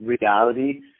reality